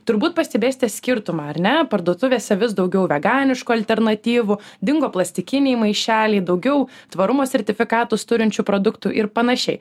turbūt pastebėsite skirtumą ar ne parduotuvėse vis daugiau veganiškų alternatyvų dingo plastikiniai maišeliai daugiau tvarumo sertifikatus turinčių produktų ir panašiai